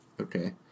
Okay